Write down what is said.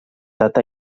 data